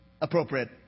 appropriate